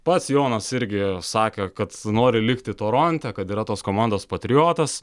pats jonas irgi sakė kad nori likti toronte kad yra tos komandos patriotas